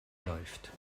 läuft